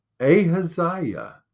Ahaziah